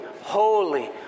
holy